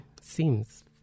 Seems